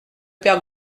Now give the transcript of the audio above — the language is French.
père